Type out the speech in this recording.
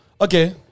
Okay